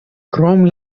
krom